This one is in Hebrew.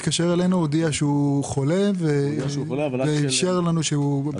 התקשר אלינו והודיע שהוא חולה ואישר לנו שמבחינתו זה בסדר.